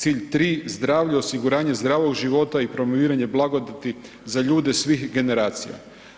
Cilj 3. zdravlje, osiguranje zdravog života i promoviranje blagodati za ljude svih generacija.